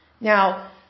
Now